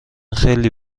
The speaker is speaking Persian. خیلی